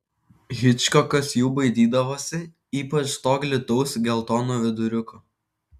hičkokas jų baidydavosi ypač to glitaus geltono viduriuko